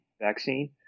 vaccine